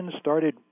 started